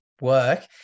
work